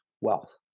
wealth